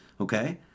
Okay